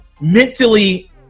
mentally